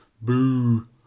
Boo